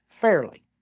fairly